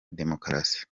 demokarasi